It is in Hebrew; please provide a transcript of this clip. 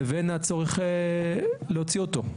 לבין הצורך להוציא אותו.